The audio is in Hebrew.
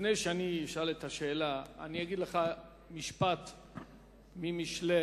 לפני שאשאל את השאלה אגיד לך משפט ממשלי,